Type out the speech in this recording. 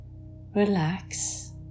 relax